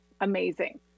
amazing